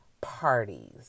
parties